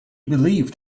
believed